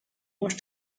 most